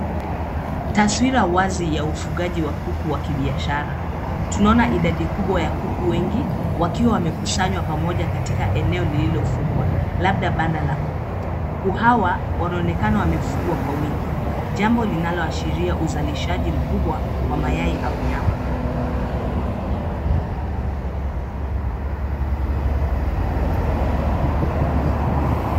Taswira wazi ya ufungaji wa kuku wa kibiashara. Tunaona idadi kubwa ya kuku wengi, wakiwa wamekusanywa pamoja katika eneo lililofungwa labda banda la kuku. Kuku hawa wanaonekana wamefugwa kwa wingi, jambo linaloashiria uzalishaji mkubwa wa mayai au nyama.